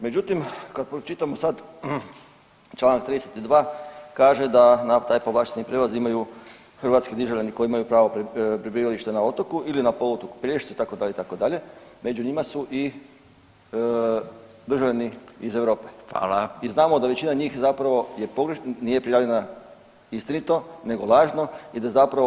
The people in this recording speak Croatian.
Međutim, kad pročitamo sad Članak 32. kaže da na taj povlašteni prijevoz imaju hrvatski državljani koji imaju pravo prebivalište na otoku ili na poluotoku Pelješcu itd., itd., među njima su i državljani iz Europe [[Upadica: Hvala.]] i znamo da većina njih je pogrešno, nije prijavljena istinito, nego lažno i da zapravo